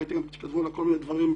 ראיתי שכתבו לה כל מיני דברים,